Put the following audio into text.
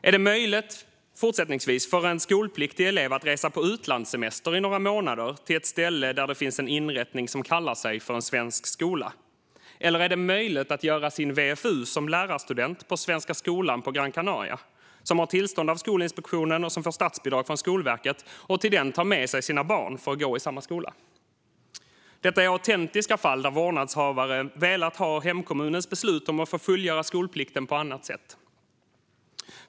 Är det möjligt, fortsättningsvis, för en skolpliktig elev att resa på utlandssemester i några månader till ett ställe där det finns en inrättning som kallar sig för en svensk skola? Är det möjligt att göra sin VFU som lärarstudent på Svenska skolan på Gran Canaria, som har tillstånd av Skolinspektionen och som får statsbidrag från Skolverket, och att ta med sig sina barn för att gå i samma skola? Detta är autentiska fall där vårdnadshavare velat ha hemkommunens beslut om att få fullgöra skolplikten på annat sätt.